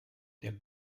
der